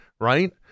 Right